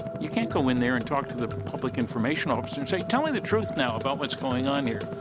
you can't go in there and talk to the public information officer and say, tell me the truth now about what's going on here.